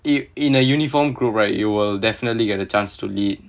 in in a uniform group right you will definitely get the chance to lead